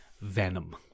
Venom